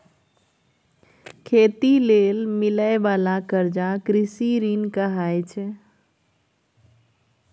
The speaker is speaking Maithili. खेती लेल मिलइ बाला कर्जा कृषि ऋण कहाइ छै